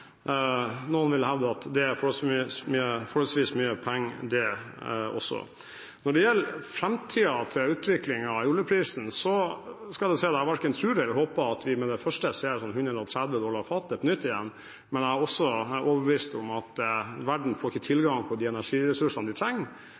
Noen vil hevde at det er forholdsvis mye penger det også. Når det gjelder utviklingen i oljeprisen i framtiden, verken tror eller håper jeg at vi med det første ser 130 dollar fatet på nytt. Men jeg er også overbevist om at det at verden ikke får tilgang på de energiressursene de trenger,